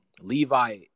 Levi